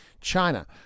China